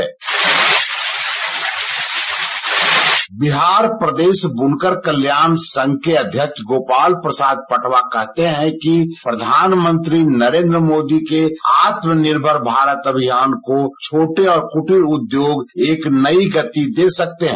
sound bite powerloom Bihar Pradesh बुनकर कल्याण संघ के अध्यक्ष गोपाल प्रसाद पटवा कहते हैं कि प्रधानमंत्री नरेन्द्र मोदी के आत्मनिर्भर भारत अभियान को छोटे और कुटीर उद्योग एक नई गति दे सकते हैं